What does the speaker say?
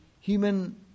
human